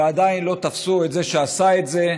ועדיין לא תפסו את זה שעשה את זה.